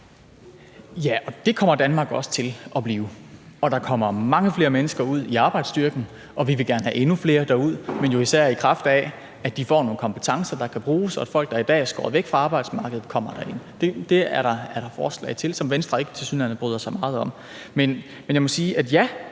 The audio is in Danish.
og det kommer Danmark også til at blive, og der kommer mange flere mennesker ud i arbejdsstyrken, og vi vil gerne have endnu flere derud, men jo især i kraft af at de får nogle kompetencer, der kan bruges, og at folk, der i dag er skåret væk fra arbejdsmarkedet, kommer derind. Det er der forslag til, som Venstre tilsyneladende ikke bryder sig meget om. Men jeg må sige, at ja,